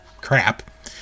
crap